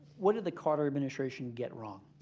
what did the carter administration get wrong,